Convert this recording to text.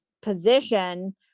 position